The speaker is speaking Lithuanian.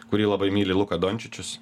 kurį labai myli luka dončičius